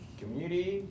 community